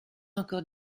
encore